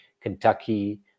Kentucky